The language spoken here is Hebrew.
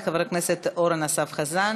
תודה רבה לחבר הכנסת אורן אסף חזן.